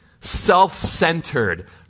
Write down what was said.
self-centered